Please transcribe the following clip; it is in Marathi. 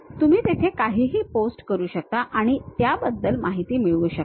तुम्ही तिथे काहीही पोस्ट करू शकता आणि त्याबद्दल माहिती मिळवू शकता